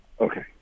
Okay